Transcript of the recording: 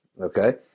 okay